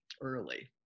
early